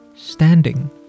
standing